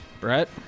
Brett